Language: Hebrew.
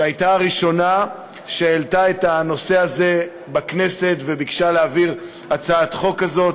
שהייתה הראשונה שהעלתה את הנושא הזה בכנסת וביקשה להעביר הצעת חוק כזאת.